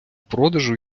продажу